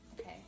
Okay